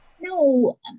no